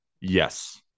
Yes